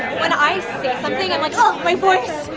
when i say something, i'm like oh, my voice,